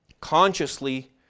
consciously